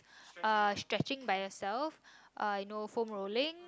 uh stretching by yourself I know foam rolling